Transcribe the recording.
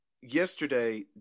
yesterday